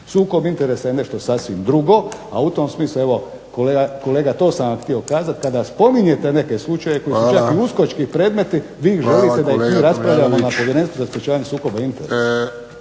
Sukob interesa je nešto sasvim drugo, a u tom smislu kolega to sam vam htio kazati kada spominjete neke slučajevi koji su čak i uskočki predmeti vi želite da ih mi raspravljamo na Povjerenstvu za sprečavanje sukoba interesa.